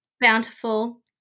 bountiful